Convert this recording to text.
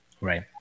Right